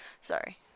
Sorry